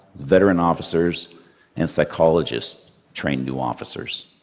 veteran officers and psychologists train new officers.